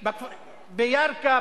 בירכא,